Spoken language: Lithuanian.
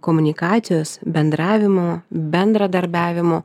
komunikacijos bendravimo bendradarbiavimo